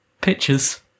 pictures